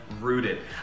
Rooted